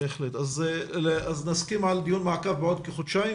בהחלט, אז נסכים על דיון מעקב בעוד כחודשיים?